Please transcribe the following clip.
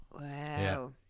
Wow